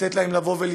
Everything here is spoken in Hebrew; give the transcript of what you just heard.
לתת להם לצמוח,